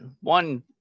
One